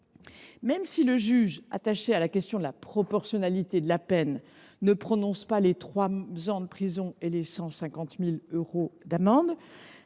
même si le juge, attaché à la question de la proportionnalité de la peine, ne prononce pas la peine maximale de trois ans de prison et de 150 000 euros d’amende